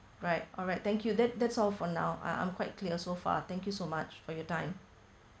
right alright thank you that that's all for now uh I'm quite clear so far thank you so much for your time